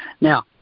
Now